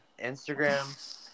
Instagram